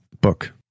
book